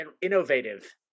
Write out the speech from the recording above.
innovative